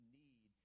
need